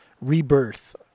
Rebirth